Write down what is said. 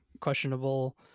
questionable